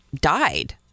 died